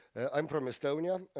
i'm from estonia,